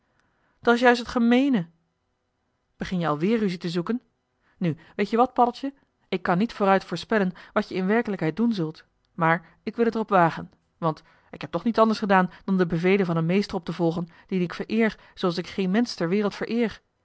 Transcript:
gesproken da's juist het gemeene begin je alweer ruzie te zoeken nu weet-je wat paddeltje ik kan niet vooruit voorspellen wât je in werkelijkheid doen zult maar ik wil het er op wagen want ik heb toch niets anders gedaan dan de bevelen van een meester op te volgen dien ik vereer zooals ik geen mensch ter wereld vereer